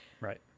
Right